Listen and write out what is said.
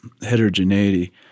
heterogeneity